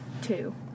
Two